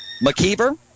McKeever